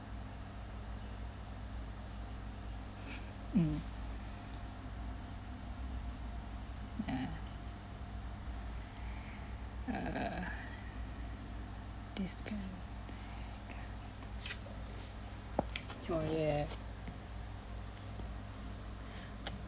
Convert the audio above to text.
mm ya err